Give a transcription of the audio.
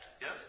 Yes